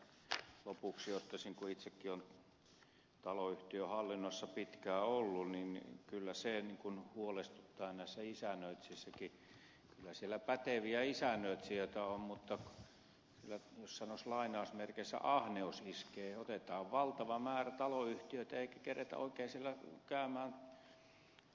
vielä tässä lopuksi ottaisin esille kun itsekin olen taloyhtiön hallinnossa pitkään ollut että kyllä se huolestuttaa näissä isännöitsijöissäkin että kyllä siellä päteviä isännöitsijöitä on mutta jos sanoisi lainausmerkeissä ahneus iskee otetaan valtava määrä taloyhtiöitä eikä keretä oikein siellä käymään